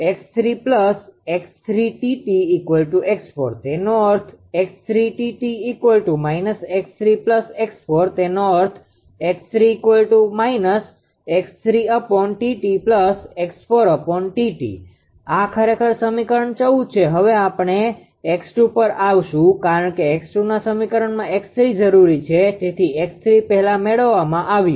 𝑥3 𝑥3̇ 𝑇𝑡 𝑥4 તેનો અર્થ તેનો અર્થ આ ખરેખર સમીકરણ 14 છે હવે આપણે 𝑥2 પર આવશું કારણ કે 𝑥2̇ ના સમીકરણમાં 𝑥3̇ જરૂરી છે તેથી 𝑥3̇ પહેલા મેળવવામાં આવ્યું